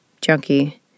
junkie